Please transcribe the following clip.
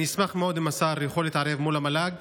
אני אשמח מאוד אם השר יוכל להתערב מול המל"ג